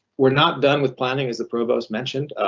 we're not done with planning as the provost mentioned.